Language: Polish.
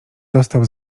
dostał